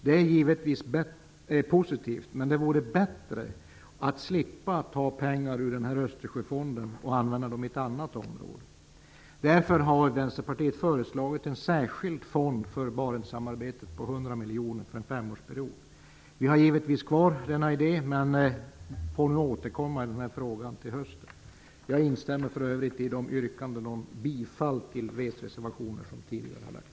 Det är givetvis positivt, men det vore bättre att slippa ta pengar ur Östersjöfonden och använda dem i ett annat område. Därför har Vänsterpartiet föreslagit en särskild fond för Barentssamarbetet på 100 miljoner under en femårsperiod. Vi har givetvis kvar denna idé, men får väl återkomma i den frågan till hösten. Jag instämmer för övrigt i de yrkandena om bifall till v:s reservationer som tidigare har ställts.